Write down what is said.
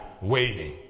waiting